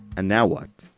and now what?